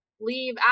Leave